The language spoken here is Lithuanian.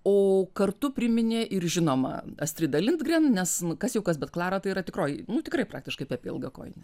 o kartu priminė ir žinoma astridą lindgren nes n kas jau kas bet klara tai yra tikroji nu tikrai praktiškai pepė ilgakojinė